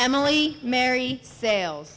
emily mary sales